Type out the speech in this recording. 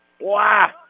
Wow